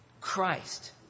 christ